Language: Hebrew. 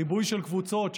ריבוי של קבוצות,